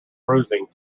bruising